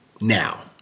now